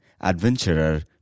Adventurer